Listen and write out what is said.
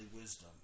wisdom